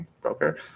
broker